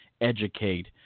educate